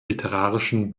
literarischen